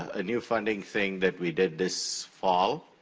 a new funding thing that we did this fall,